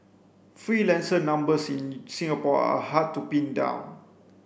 freelancer numbers in Singapore are hard to pin down